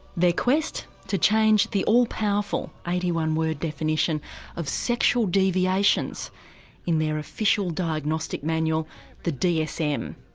their quest to change the all powerful eighty one word definition of sexual deviations in their official diagnostic manual the dsm.